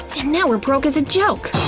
and now we're broke as a joke.